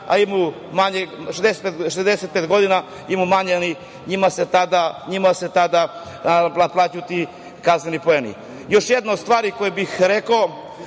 65 godina, a imaju manje njima se tada naplaćuju ti kazneni poeni. Još jedna stvar koju bih rekao,